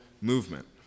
movement